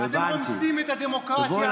השתגעתם לגמרי, אדוני היושב-ראש.